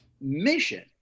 mission